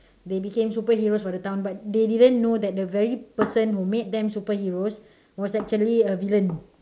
they became superheroes for the town but they didn't know that the very person who made them superheroes was actually a villain